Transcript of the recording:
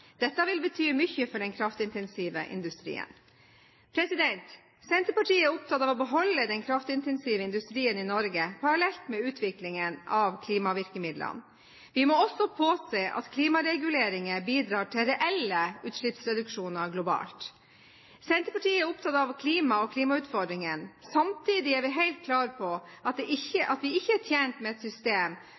Dette vil bety mye for den kraftintensive industrien. Senterpartiet er opptatt av å beholde den kraftintensive industrien i Norge parallelt med utviklingen av klimavirkemidlene. Vi må også påse at klimareguleringer bidrar til reelle utslippsreduksjoner globalt. Senterpartiet er opptatt av klima og klimautfordringene. Samtidig er vi helt klare på at vi ikke er tjent med et system